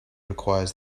requires